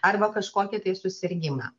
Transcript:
arba kažkokį tai susirgimą